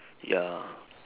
ya